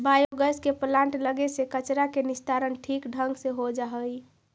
biogas के plant लगे से कचरा के निस्तारण ठीक ढंग से हो जा हई